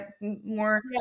more